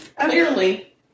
Clearly